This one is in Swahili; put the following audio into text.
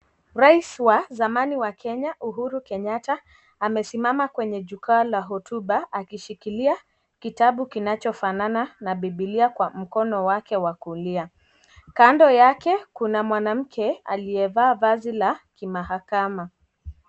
Rais wa samani, Uhuru Kenyatta amesimama kwa jukua la hotuba akilishikilia kitabu kinachofanana na bibilia kwa mkono wake wa kulia . Kando yake kuna mwanamke amevaa vazi la kimahakama.